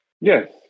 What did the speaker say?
Yes